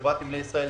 חברת נמלי ישראל,